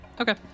Okay